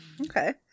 Okay